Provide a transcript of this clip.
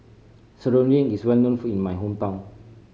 Serunding is well known in my hometown